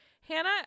Hannah